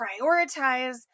prioritize